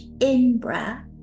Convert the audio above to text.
in-breath